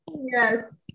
Yes